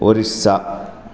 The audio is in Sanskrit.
ओरिस्सा